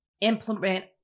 implement